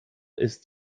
ist